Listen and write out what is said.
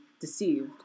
deceived